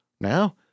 Now